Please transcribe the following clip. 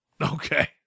Okay